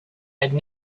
had